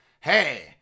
Hey